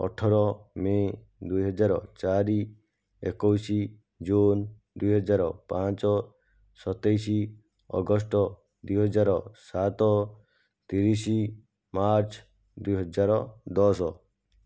ଅଠର ମେ ଦୁଇ ହଜାର ଚାରି ଏକୋଇଶ ଜୁନ ଦୁଇ ହଜାର ପାଞ୍ଚ ସତେଇଶ ଅଗଷ୍ଟ ଦୁଇ ହଜାର ସାତ ତିରିଶ ମାର୍ଚ୍ଚ ଦୁଇ ହଜାର ଦଶ